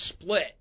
Split